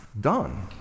done